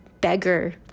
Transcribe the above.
beggar